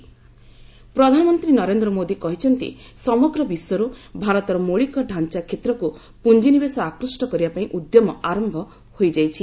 PM Agra metro ପ୍ରଧାନମନ୍ତ୍ରୀ ନରେନ୍ଦ୍ର ମୋଦୀ କହିଛନ୍ତି ସମଗ୍ର ବିଶ୍ୱରୁ ଭାରତର ମୌଳିକ ଡାଞ୍ଚା କ୍ଷେତ୍ରକୁ ପୁଞ୍ଜିନିବେଶ ଆକୁଷ୍ଟ କରିବା ପାଇଁ ଉଦ୍ୟମ ଆରମ୍ଭ ହୋଇଯାଇଛି